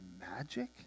magic